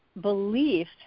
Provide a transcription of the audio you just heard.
belief